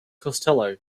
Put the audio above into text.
costello